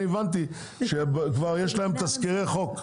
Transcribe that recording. אני הבנתי שכבר יש להם תזכירי חוק.